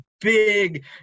big